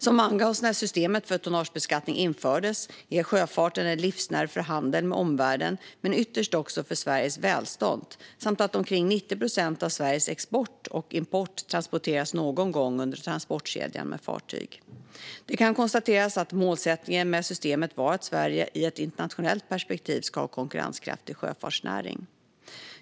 Som angavs när systemet för tonnagebeskattning infördes är sjöfarten en livsnerv för handel med omvärlden, men ytterst också för Sveriges välstånd samt för att omkring 90 procent av Sveriges export och import någon gång under transportkedjan transporteras med fartyg. Det kan konstateras att målsättningen med systemet var att Sverige, i ett internationellt perspektiv, ska ha en konkurrenskraftig sjöfartsnäring.